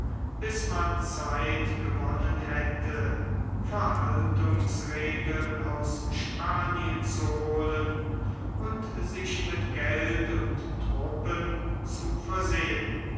bis man zeit gewonnen hätte verhaltungsregeln aus spanien zu holen und sich mit geld und truppen zu versehen